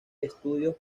estudios